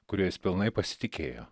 kuriais pilnai pasitikėjo